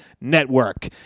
Network